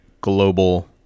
global